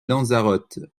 lanzarote